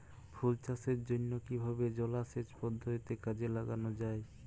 ফুল চাষের জন্য কিভাবে জলাসেচ পদ্ধতি কাজে লাগানো যাই?